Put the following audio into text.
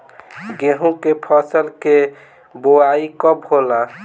गेहूं के फसल के बोआई कब होला?